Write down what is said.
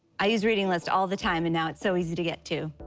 i use reading list all the time, and now it's so easy to get to.